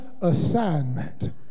assignment